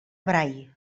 brai